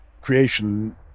creation